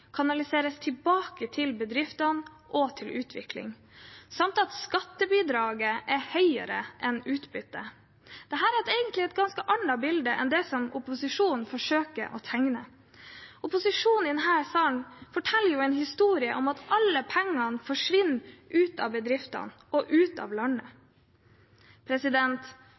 kanaliseres tilbake til bedriftene og til utvikling, samt at skattebidraget er høyere enn utbyttet. Dette er egentlig et ganske annet bilde enn det som opposisjonen forsøker å tegne. Opposisjonen i denne salen forteller en historie om at alle pengene forsvinner ut av bedriftene og ut av landet.